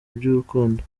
iby’urukundo